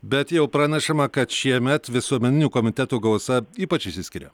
bet jau pranešama kad šiemet visuomeninių komitetų gausa ypač išsiskiria